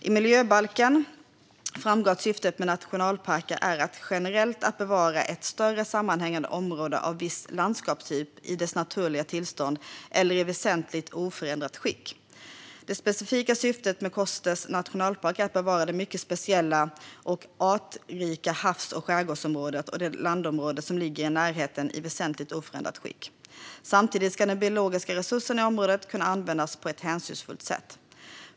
I miljöbalken framgår att syftet med nationalparker generellt är att bevara ett större sammanhängande område av viss landskapstyp i dess naturliga tillstånd eller i väsentligt oförändrat skick. Det specifika syftet med Kosters nationalpark är att bevara det mycket speciella och artrika havs och skärgårdsområdet och de landområden som ligger i närheten i väsentligen oförändrat skick. Samtidigt ska de biologiska resurserna i området kunna användas på ett hänsynsfullt sätt.